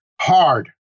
hard